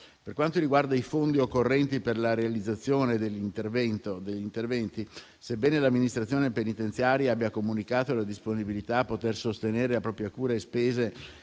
Per quanto riguarda i fondi occorrenti per la realizzazione degli interventi, sebbene l'amministrazione penitenziaria abbia comunicato la disponibilità a poter sostenere a propria cura e spese